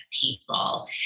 people